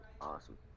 Awesome